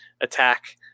attack